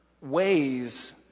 ways